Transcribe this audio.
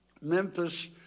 Memphis